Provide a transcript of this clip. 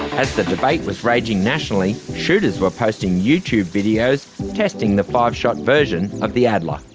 as the debate was raging nationally, shooters were posting youtube videos testing the five shot version of the adler.